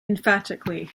emphatically